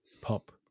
pop